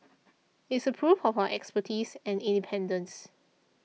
it's a proof of our expertise and independence